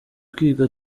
kwiga